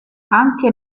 anche